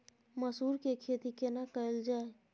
मसूर के खेती केना कैल जाय?